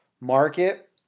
market